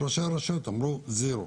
ראשי הרשויות אמרו זהו,